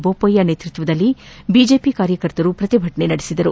ಬೋಪಯ್ಯ ನೇತೃತ್ವದಲ್ಲಿ ಬಿಜೆಪಿ ಕಾರ್ಯಕರ್ತರು ಪ್ರತಿಭಟನೆ ನಡೆಸಿದರು